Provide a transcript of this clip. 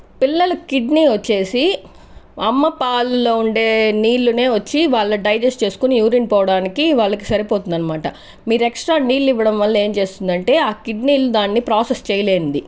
పిల్లల కిడ్నీ వచ్చేసి అమ్మ పాలల్లో ఉండే నీళ్లనే వచ్చి వాళ్లను డైజెషన్ చేసుకుని యూరిన్ పోవడానికి వాళ్లకి సరిపోతుందనమాట మీరు ఎక్స్ట్రా నీళ్లు ఇవ్వడం వల్ల ఏంట ఏం చేస్తుందంటే ఆ కిడ్నీలు దాన్ని ప్రాసెస్ చేయలేనిది